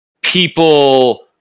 people